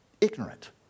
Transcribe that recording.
ignorant